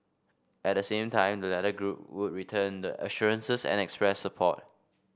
at the same time the latter group would return the assurances and express support